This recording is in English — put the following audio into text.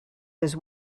his